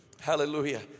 Hallelujah